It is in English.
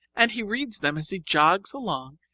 and he reads them as he jogs along,